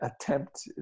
attempt